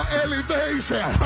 elevation